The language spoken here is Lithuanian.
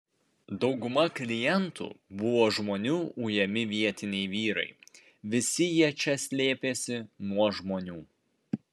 dauguma klientų buvo žmonų ujami vietiniai vyrai visi jie čia slėpėsi nuo žmonų